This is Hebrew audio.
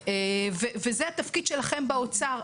וזה התפקיד שלכם באוצר,